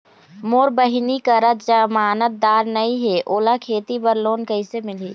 मोर बहिनी करा जमानतदार नई हे, ओला खेती बर लोन कइसे मिलही?